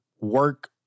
work